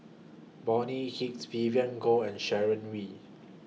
Bonny Hicks Vivien Goh and Sharon Wee